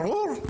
ברור.